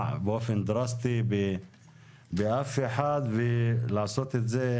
באופן דרסטי באף אחד ולעשות את זה,